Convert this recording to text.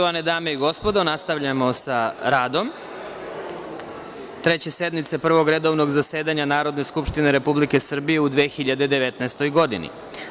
Poštovane dame i gospodo, nastavljamo rad Treće sednice Prvog redovnog zasedanja Narodne skupštine Republike Srbije u 2019. godini.